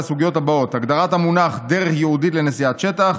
על הסוגיות הבאות: הגדרת המונח "דרך ייעודית לנסיעת שטח",